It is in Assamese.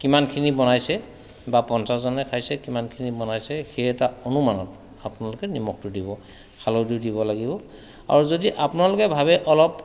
কিমানখিনি বনাইছে বা পঞ্চাছজনে খাইছে কিমানখিনি বনাইছে সেই এটা অনুমানত আপোনালোকে নিমখটো দিব হালধিও দিব লাগিব আৰু যদি আপোনালোকে ভাবে অলপ